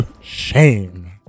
Shame